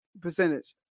percentage